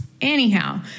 Anyhow